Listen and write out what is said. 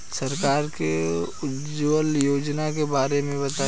सरकार के उज्जवला योजना के बारे में बताईं?